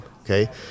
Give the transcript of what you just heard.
Okay